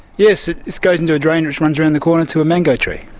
yes, it goes into a drain which runs around the corner to a mango tree.